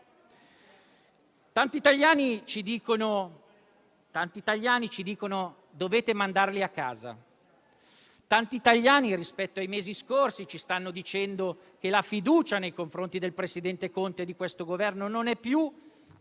si sperava in qualcosa di diverso. Il problema è che io vorrei mandarli a casa, cari italiani, ma il partito della cadrega è più forte del partito di chi invece li vuole mandare a casa questi signori.